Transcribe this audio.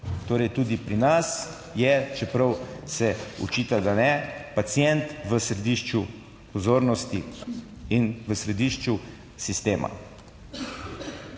Torej tudi pri nas je, čeprav se očita, da ne. Pacient v središču pozornosti in v središču sistema.